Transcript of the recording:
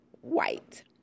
white